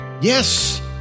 Yes